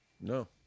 No